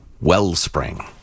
Wellspring